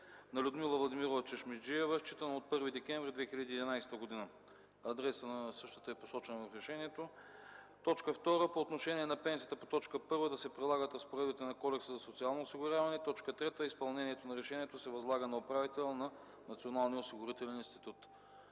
на Людмила Владимирова Чешмеджиева, считано от 1 декември 2011 г. (Адресът на същата е посочен в решението.) 2. По отношение на пенсията по т. 1 да се прилагат разпоредбите на Кодекса за социално осигуряване. 3. Изпълнението на решението се възлага на управителя на Националния осигурителен институт.”